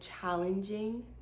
challenging